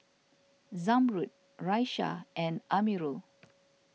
Zamrud Raisya and Amirul